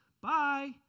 Bye